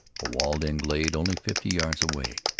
a walled-in glade only fifty yards away,